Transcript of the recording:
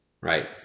right